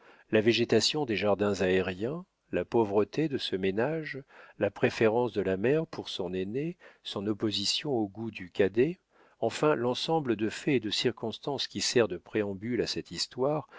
la végétation des jardins aériens la pauvreté de ce ménage la préférence de la mère pour son aîné son opposition aux goûts du cadet enfin l'ensemble de faits et de circonstances qui sert de préambule à cette histoire